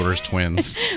twins